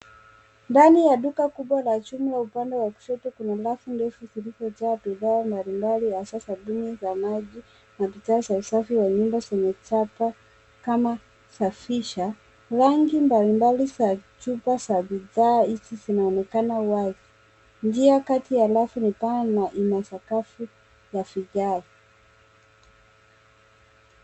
Ndani ya duka kubwa la jumla, upande wa kushoto kuna refu ndefu zilizojaa bidhaa mbalimbali hasa sabuni za maji na bidhaa za usafi wa nyumba zenye chapa kama Safisha. Rangi mbalimbali za chupa za bidhaa hizi zinaonekana wazi. Njia kati ya rafu ni pana na ina sakafu ya vigae.